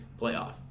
playoff